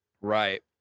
Right